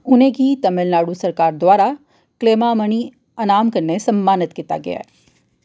उ'नें गी तमिलनाडु सरकार द्वारा कलैमामणि अनाम कन्नै सम्मानित कीता गेआ ऐ